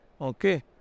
okay